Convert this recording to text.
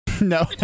No